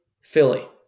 Philly